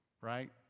right